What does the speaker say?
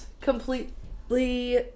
completely